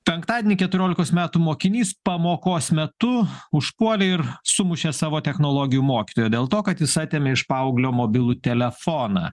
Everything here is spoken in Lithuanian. penktadienį keturiolikos metų mokinys pamokos metu užpuolė ir sumušė savo technologijų mokytoją dėl to kad jis atėmė iš paauglio mobilų telefoną